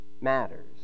matters